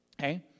Okay